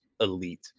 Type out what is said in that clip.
elite